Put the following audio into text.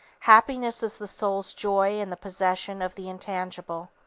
happiness is the soul's joy in the possession of the intangible.